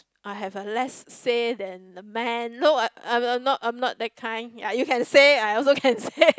I have a less say than a man no I I I'm not I am not that kind like you can say I also can say